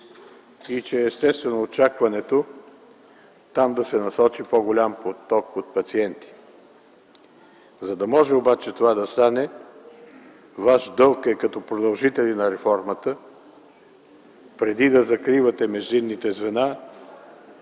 и че естествено очакването е там да се насочи по-голям поток от пациенти. За да може обаче това да стане, ваш дълг е като продължители на реформата, преди да закривате междинните звена,